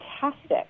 fantastic